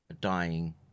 dying